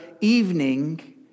evening